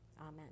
Amen